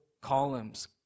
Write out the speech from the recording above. columns